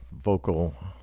vocal